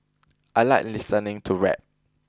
I like listening to rap